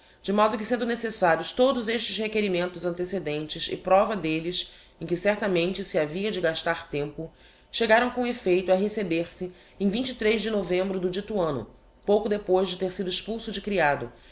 de modo que sendo necessarios todos estes requerimentos antecedentes e prova d'elles em que certamente se havia de gastar tempo chegaram com effeito a receber se em de novembro do dito anno pouco depois de ter sido expulso de criado